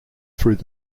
through